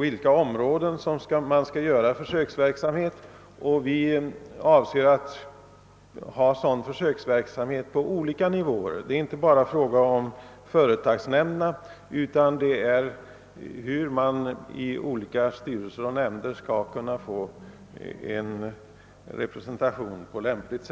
vilka områden försöksverksamheten skall omfatta, och vi avser att anordna sådan försöksverksamhet på olika nivåer. Det gäller inte bara företagsnämnderna utan frågan är även hur man i olika styrelser och nämnder skall kunna få en lämplig representation.